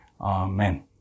amen